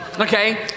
Okay